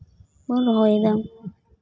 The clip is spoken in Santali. ᱠᱚ ᱨᱚᱦᱚᱭᱮᱫᱟ